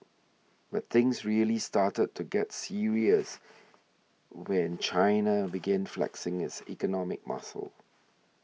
but things really started to get serious when China began flexing its economic muscle